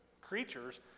creatures